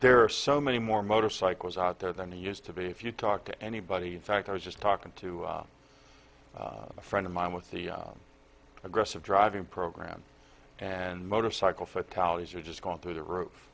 there are so many more motorcycles out there than they used to be if you talk to anybody in fact i was just talking to a friend of mine with the aggressive driving program and motorcycle fatalities are just going through the roof